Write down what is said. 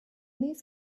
these